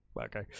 okay